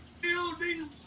building